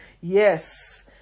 Yes